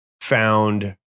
found